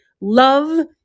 love